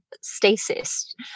stasis